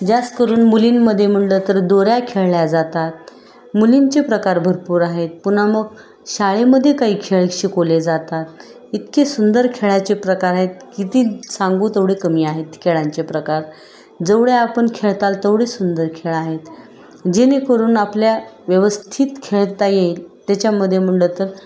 जास्त करून मुलींमध्ये म्हणलं तर दोऱ्या खेळल्या जातात मुलींचे प्रकार भरपूर आहेत पुन्हा मग शाळेमध्ये काही खेळ शिकवले जातात इतके सुंदर खेळाचे प्रकार आहेत किती सांगू तेवढे कमी आहेत खेळांचे प्रकार जेवढे आपण खेळताल तेवढे सुंदर खेळ आहेत जेणेकरून आपल्याला व्यवस्थित खेळता येईल त्याच्यामध्ये म्हणलं तर